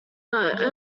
are